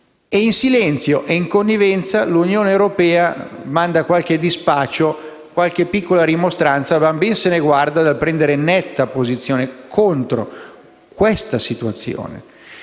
In silenzio e in connivenza l'Unione europea manda qualche dispaccio e piccola rimostranza, ma ben si guarda dal prendere netta posizione contro questa situazione.